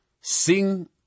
Sing